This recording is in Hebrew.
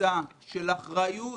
תפיסה של אחריות